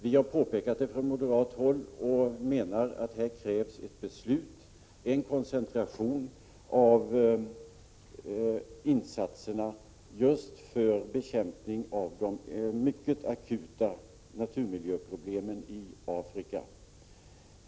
Vi har påpepat det från moderat håll och menar att det krävs ett beslut om koncentration av insatserna för bekämpning av de mycket akuta naturmiljöproblemen i Afrika.